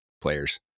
players